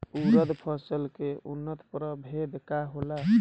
उरद फसल के उन्नत प्रभेद का होला?